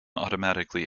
automatically